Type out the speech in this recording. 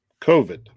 COVID